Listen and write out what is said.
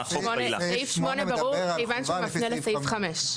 סעיף (8) ברור מכיוון שהוא מפנה לסעיף (5).